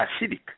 acidic